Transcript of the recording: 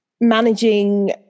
managing